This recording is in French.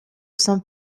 saint